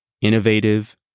innovative